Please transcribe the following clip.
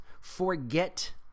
forget